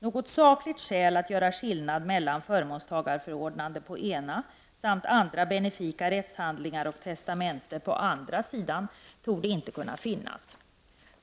”Något sakligt skäl att göra skillnad mellan förmånstagarförordnande, på ena, samt andra benifika rättshandlingar och testamente, på andra sidan, torde inte kunna påvisas.